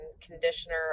conditioner